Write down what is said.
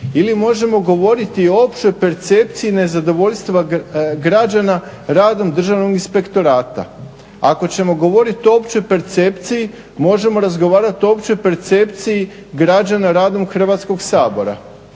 Ili možemo govoriti o općoj percepciji nezadovoljstva građana radom Državnog inspektorata. Ako ćemo govoriti o općoj percepciji, možemo razgovarati o općoj percepciji građana radnom Hrvatskog sabora.